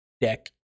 deck